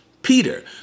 Peter